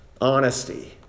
Honesty